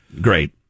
Great